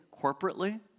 corporately